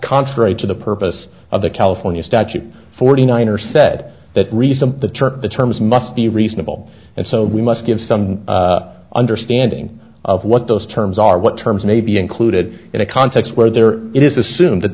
contrary to the purpose of the california statute forty nine are said that reason the term the terms must be reasonable and so we must give some understanding of what those terms are what terms may be included in contexts where there it is assumed that